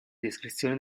descrizione